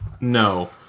No